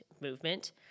movement